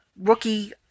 rookie